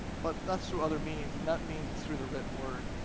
but that's through other means, and that means is through the written word.